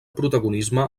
protagonisme